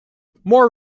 more